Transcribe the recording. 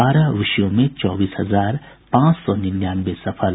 बारह विषयों में चौबीस हजार पांच सौ निन्यानवे सफल